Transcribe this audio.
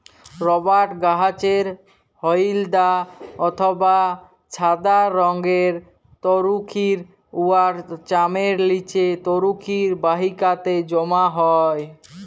রবাট গাহাচের হইলদ্যা অথবা ছাদা রংয়ের তরুখির উয়ার চামের লিচে তরুখির বাহিকাতে জ্যমা হ্যয়